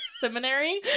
seminary